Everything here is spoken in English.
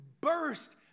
burst